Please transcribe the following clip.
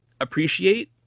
appreciate